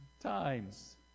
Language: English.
times